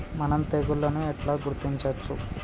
మనం తెగుళ్లను ఎట్లా గుర్తించచ్చు?